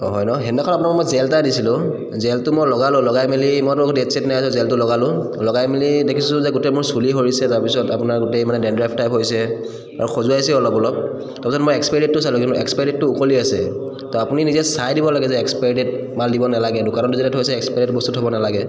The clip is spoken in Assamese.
অঁ হয় ন সেইদিনাখন আপোনাৰ মই জেল এটা দিছিলোঁ জেলটো মই লগালোঁ লগাই মেলি মইতো ডে'ট ছেট নাই চোৱা জেলটো লগালোঁ লগাই মেলি দেখিছোঁ যে গোটেই মোৰ চুলি সৰিছে তাৰপিছত আপোনাৰ গোটেই মানে ডেণ্ড্ৰাফ টাইপ হৈছে আৰু খজুৱাইছে অলপ অলপ তাৰপিছত মই এক্সপায়েৰী ডে'টটো চালোঁ কিন্তু এক্সপায়েৰী ডে'টটো উকলি আছে ত' আপুনি নিজে চাই দিব লাগে যে এক্সপায়েৰী ডে'ট মাল দিব নালাগে দোকানত যেতিয়া থৈছে এক্সপায়েৰী বস্তু থ'ব নালাগে